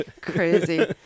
Crazy